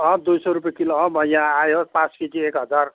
अँ दुई सय रुपियाँ किलो अँ म यहाँ आयो पाँच केजी एक हजार